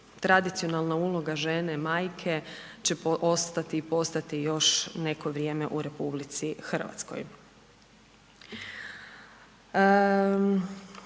Tradicionalna uloga žene, majke će ostati i postati još neko vrijeme u RH.